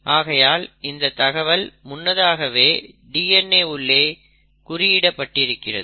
ஆகையால் இந்த தகவல் முன்னதாகவே DNA உள்ளே குறியிடப் பட்டிருக்கிறது